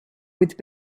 with